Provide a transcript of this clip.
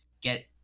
get